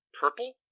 Purple